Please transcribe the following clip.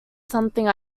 something